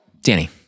Danny